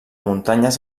muntanyes